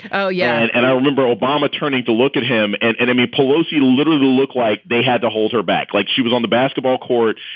oh, yeah. and i remember obama turning to look at him and amy pelosi, little to look like they had to hold her back like she was on the basketball court